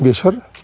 बेसर